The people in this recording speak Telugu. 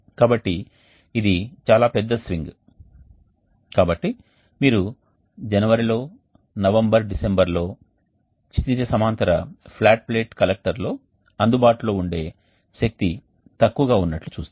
కాబట్టి ఇది చాలా పెద్ద స్వింగ్ కాబట్టి మీరు జనవరిలో నవంబర్ డిసెంబరులో క్షితిజ సమాంతర ఫ్లాట్ ప్లేట్ కలెక్టర్లో అందుబాటులో ఉండే శక్తి తక్కువగా ఉన్నట్లు చూస్తారు